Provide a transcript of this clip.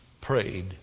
prayed